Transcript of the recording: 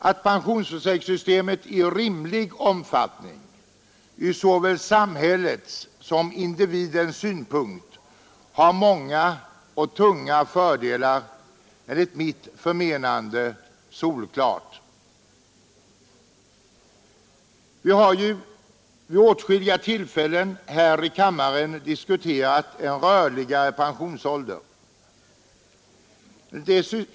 Att pensionsförsäkringssystemet i rimlig omfattning ur såväl samhällets som individens synpunkt har många och tunga fördelar är enligt mitt förmenande solklart. Vi har ju vid åtskilliga tillfällen här i kammaren diskuterat en rörligare pensionsålder.